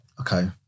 Okay